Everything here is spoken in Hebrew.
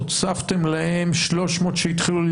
הוספתם להם עוד 300 שהתחילו.